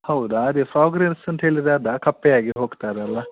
ಹೌದಾ ಅದೇ frog race ಅಂತ ಹೇಳಿದರೆ ಅದು ಕಪ್ಪೆಯಾಗೆ ಹೋಗ್ತಾರಲ್ಲ